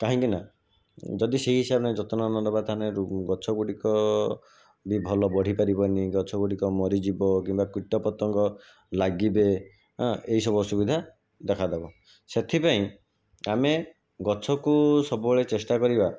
କାହିଁକିନା ଯଦି ସେହି ହିସାବରେ ଆମେ ଯତ୍ନ ନ ନେବା ତାହାଲେ ଗଛ ଗୁଡ଼ିକ ବି ଭଲ ବଢ଼ି ପାରିବନି ଗଛ ଗୁଡ଼ିକ ମରିଯିବ କିମ୍ବା କିଟପତଙ୍ଗ ଲାଗିବେ ଅଁ ଏହିସବୁ ଅସୁବିଧା ଦେଖାଦେବ ସେଥିପାଇଁ ଆମେ ଗଛକୁ ସବୁବେଳେ ଚେଷ୍ଟା କରିବା